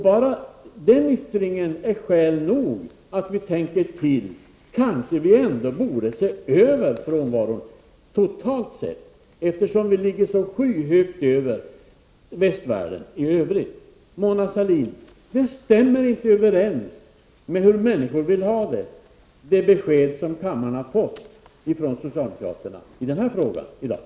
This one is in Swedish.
Bara den yttringen är skäl nog för att man skall tänka till. Vi kanske borde se över frånvaron totalt, eftersom den ligger skyhögt över västvärlden i övrigt. Mona Sahlin! Det besked som kammaren har fått ifrån socialdemokraterna i den här frågan i dag stämmer inte överens med hur människor vill ha det.